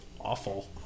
awful